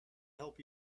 help